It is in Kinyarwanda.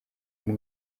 umwe